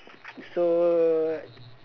so